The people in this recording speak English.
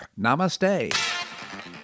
Namaste